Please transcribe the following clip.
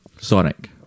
Sonic